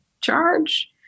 charge